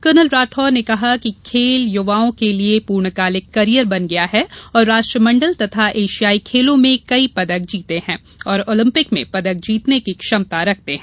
colonel Rathore ने कहा कि खेल युवाओं के लिए पूर्णकालिक करियर बन गया है और राष्ट्रमंडल तथा एशियाई खेलों में कई पदक जीते हैं और ओलंपिक में पदक जीतने की क्षमता रखते हैं